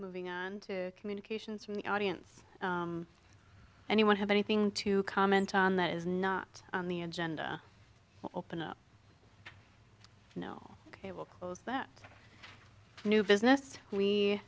moving on to communications from the audience anyone have anything to comment on that is not on the agenda open up no cable closed that new business we